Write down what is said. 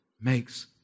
makes